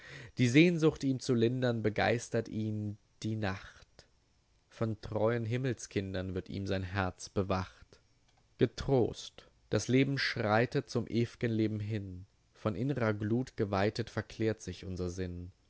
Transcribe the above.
die sehnsucht ihm zu lindern begeistert ihn die nacht getrost das leben schreitet zum ewgen leben hin von innrer glut geweitet verklärt sich unser sinn